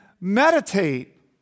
meditate